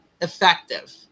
effective